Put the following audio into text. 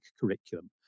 curriculum